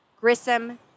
Grissom